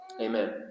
Amen